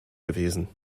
gewesen